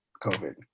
COVID